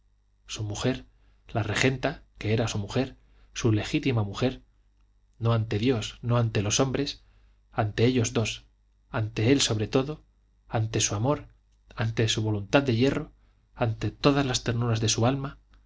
su mujer la regenta que era su mujer su legítima mujer no ante dios no ante los hombres ante ellos dos ante él sobre todo ante su amor ante su voluntad de hierro ante todas las ternuras de su alma